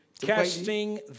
Casting